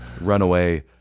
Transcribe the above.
Runaway